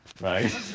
right